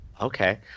Okay